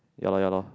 ya loh ya loh